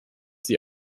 sie